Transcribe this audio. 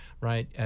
right